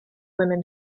women